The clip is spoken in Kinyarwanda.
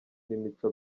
n’imico